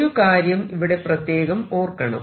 ഒരു കാര്യം ഇവിടെ പ്രത്യേകം ഓർക്കണം